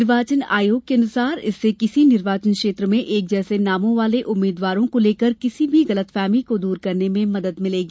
निर्वाचन आयोग के अनुसार इससे किसी निर्वाचन क्षेत्र में एक जैसे नामों वाले उम्मीदवारों को लेकर किसी भी गलतफहमी को दूर करने में मदद मिलेगी